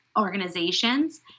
organizations